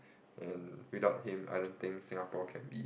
and without him I don't think Singapore can be